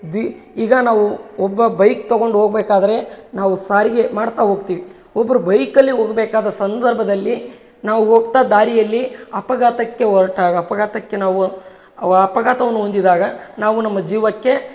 the ಈಗ ನಾವು ಒಬ್ಬ ಬೈಕ್ ತಗೊಂಡು ಹೋಗ್ಬೆಕಾದ್ರೆ ನಾವು ಸಾರಿಗೆ ಮಾಡ್ತಾ ಹೋಗ್ತಿವಿ ಒಬ್ರು ಬೈಕಲ್ಲಿ ಹೋಗ್ಬೇಕಾದ ಸಂದರ್ಭದಲ್ಲಿ ನಾವು ಹೋಗ್ತಾ ದಾರಿಯಲ್ಲಿ ಅಪಘಾತಕ್ಕೆ ಹೊರ್ಟಾಗ ಅಪಘಾತಕ್ಕೆ ನಾವು ಅವ ಅಪಘಾತವನ್ನು ಹೊಂದಿದಾಗ ನಾವು ನಮ್ಮ ಜೀವಕ್ಕೆ